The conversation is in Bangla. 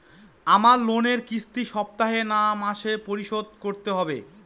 আমার লোনের কিস্তি সপ্তাহে না মাসে পরিশোধ করতে হবে?